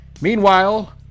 Meanwhile